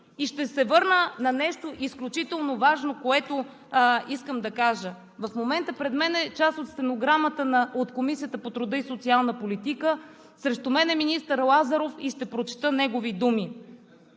Ще се върна на нещо изключително важно, което искам да кажа. В момента пред мен е част от стенограмата от Комисията по труда и социалната политика. Срещу мен е министър Лазаров и ще прочета негови думи: